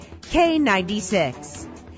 K96